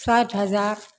साठि हजार